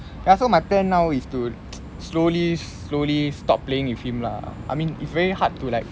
ya so my plan now is to slowly slowly stop playing with him lah I mean it's very hard to like